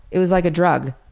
it was like a drug.